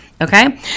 okay